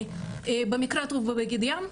במקרה הטוב בבגד ים,